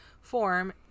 form